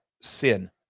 sin